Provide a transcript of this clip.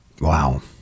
Wow